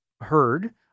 heard